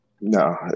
no